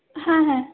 হ্যাঁ হ্যাঁ